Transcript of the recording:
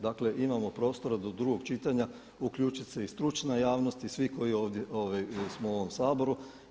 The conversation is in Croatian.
Dakle, imamo prostora do drugog čitanja uključit se i stručna javnost i svi koji smo u ovom Saboru.